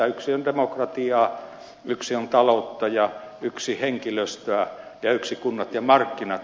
yksi on demokratiaa yksi on taloutta yksi henkilöstöä ja yksi kunnat ja markkinat